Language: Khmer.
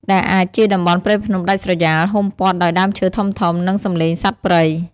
ដែលអាចជាតំបន់ព្រៃភ្នំដាច់ស្រយាល ហ៊ុមព័ទ្ធដោយដើមឈើធំៗ និងសំឡេងសត្វព្រៃ។